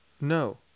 No